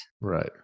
Right